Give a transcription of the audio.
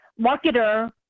marketer